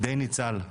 די ניצל.